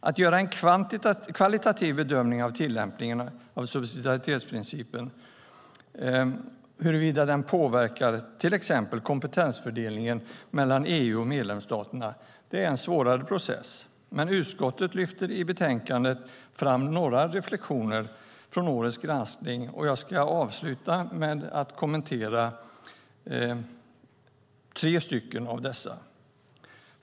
Att göra en kvalitativ bedömning av tillämpningarna av subsidiaritetsprincipen och huruvida de påverkar till exempel kompetensfördelningen mellan EU och medlemsstaterna är en svårare process. Utskottet lyfter i betänkandet fram några reflexioner från årets granskning. Jag ska avsluta med att kommentera tre av dessa.